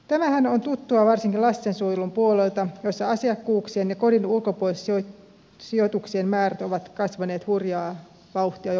tämähän on tuttua varsinkin lastensuojelun puolelta jossa asiakkuuksien ja kodin ulkopuolelle sijoituksien määrät ovat kasvaneet hurjaa vauhtia jo vuosien ajan